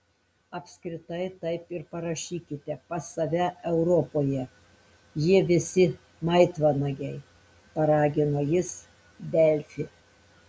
apskritai taip ir parašykite pas save europoje jie visi maitvanagiai paragino jis delfi